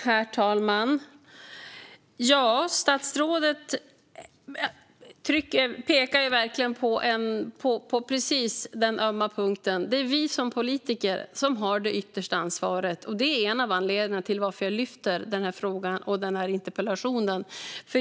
Herr talman! Statsrådet pekar verkligen precis på den ömma punkten: Det är vi politiker som har det yttersta ansvaret. Detta är en av anledningarna till att jag lyfter denna fråga i min interpellation.